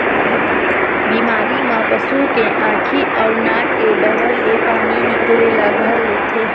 बिमारी म पशु के आँखी अउ नाक डहर ले पानी निकले ल धर लेथे